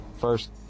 first